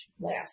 last